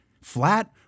Flat